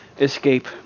escape